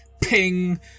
ping